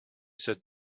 said